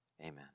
amen